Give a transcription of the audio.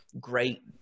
great